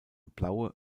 blaue